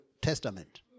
Testament